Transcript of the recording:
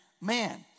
man